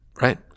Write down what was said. right